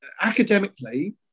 academically